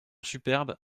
superbe